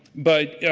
but,